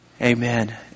Amen